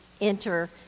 Enter